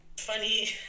funny